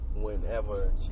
whenever